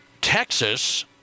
Texas